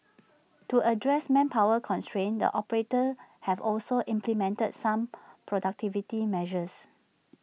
to address manpower constraints the operators have also implemented some productivity measures